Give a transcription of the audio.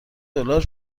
دلار